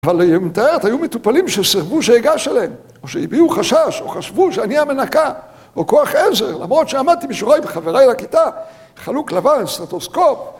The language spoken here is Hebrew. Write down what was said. אבל היא מתארת, היו מטופלים שסרבו שאגש אליהם, או שהביעו חשש, או חשבו שאני המנקה, או כוח עזר, למרות שעמדתי בשורה עם חבריי לכיתה, חלוק לבן, סטטוסקופ.